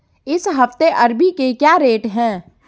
इस हफ्ते अरबी के क्या रेट हैं?